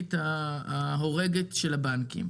בריבית ההורגת של הבנקים.